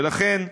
ולכן,